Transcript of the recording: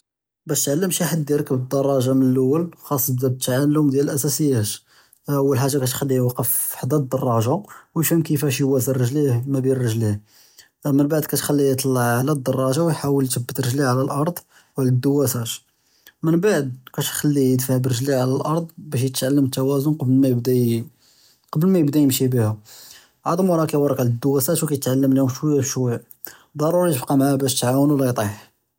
באש תעלם שי חד ירכּבּ אלדראג'ה מן לול חאצ יבדא תעלם דיאל אלאסאסִיָאת, אול חאגה כתכּ'ליה יוקף חדא אלדראג'ה ויפְהם כּיפאש יואזן רְג'ליה מא בין אלרְג'לין, מןבעד כתכּ'ליה יטלע עלא אלדראג'ה וִיהאוול יִתבת רְג'ליה עלא אלארד וְעלא אלדוַאסַאג', מןבעד כתכּ'ליה ידפַע בּרְג'ליה עלא אלארד באש יתעלם אלתואזן קבל מא יבדא ימשי בִּיהא, וִכּיתעלם שוִיה בשוִיה, צַרוּרי תבּקא מעאה באש תְעאוּנוֹ לא יטִיח.